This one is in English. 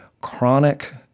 chronic